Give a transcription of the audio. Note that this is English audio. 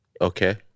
Okay